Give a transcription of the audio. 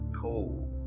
cool